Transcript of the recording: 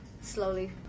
slowly